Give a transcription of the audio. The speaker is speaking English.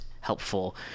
helpful